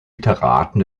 literaten